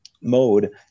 mode